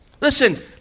Listen